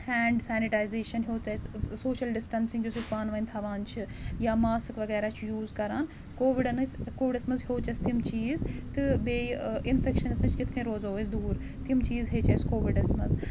hand sanitization ہیوٚت اَسہِ social distancing یُس اَسہِ پانہٕ وۄنۍ تھاوان چھِ یا ماسٕک وَغیرہ چھِ یوٗز کَران کووِڈَن ٲسۍ کووِڈَس منٛز ہیوٚچھ اَسہِ تِم چیٖز تہٕ بیٚیہِ اِنفؠکشَنَس نِش کِتھ کَنۍ روزو أسۍ دوٗر تِم چیٖز ہیٚچھ اَسہِ کووِڈَس منٛز